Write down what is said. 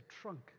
trunk